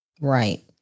Right